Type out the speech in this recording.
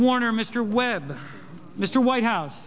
warner mr weber mr white house